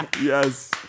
Yes